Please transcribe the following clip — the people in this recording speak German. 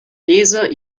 leser